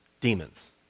Demons